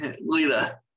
Lita